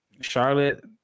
Charlotte